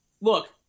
look